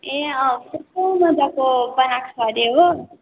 ए कस्तो मजाको पार्क छ अरे हो